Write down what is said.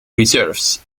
reserves